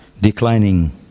Declining